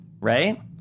right